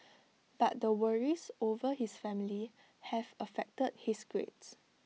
but the worries over his family have affected his grades